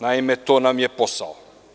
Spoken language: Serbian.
Naime, to nam je posao.